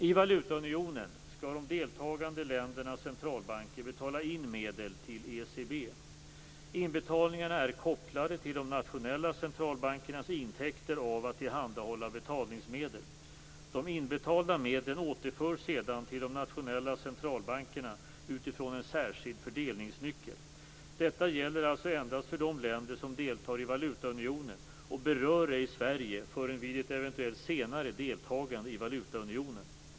I valutaunionen skall de deltagande ländernas centralbanker betala in medel till ECB. Inbetalningarna är kopplade till de nationella centralbankernas intäkter av att tillhandahålla betalningsmedel. De inbetalda medlen återförs sedan till de nationella centralbankerna utifrån en särskild fördelningsnyckel. Detta gäller alltså endast för de länder som deltar i valutaunionen och berör ej Sverige förrän vid ett eventuellt senare deltagande i valutaunionen.